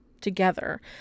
together